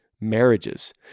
marriages